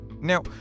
Now